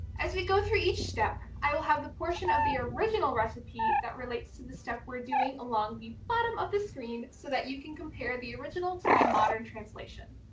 as we go through each step, i will have the portion of the original recipe that relates to the stuff we're doing along the bottom of the screen so that you can compare the original to my modern translation,